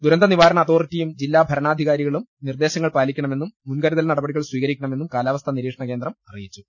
ദുരന്ത നിവാരണ അതോറിറ്റിയും ജില്ലാഭരണാധികാരികളും നിർദ്ദേ ശങ്ങൾ പാലിക്കണമെന്നും മുൻകരുതൽ നടപടികൾ സ്വീക രിക്കണമെന്നും കാലാവസ്ഥാ നിരീക്ഷണകേന്ദ്രം അറിയിച്ചു